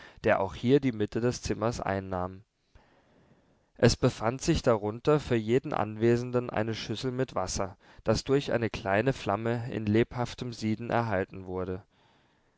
der auch hier die mitte des zimmers einnahm es befand sich darunter für jeden anwesenden eine schüssel mit wasser das durch eine kleine flamme in lebhaftem sieden erhalten wurde